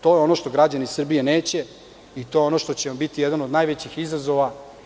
To je ono što građani Srbije neće i to je ono što će vam biti jedan od najvećih izazova.